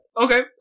Okay